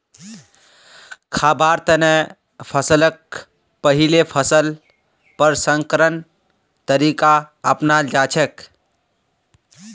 खाबार तने फसलक पहिले फसल प्रसंस्करण तरीका अपनाल जाछेक